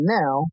now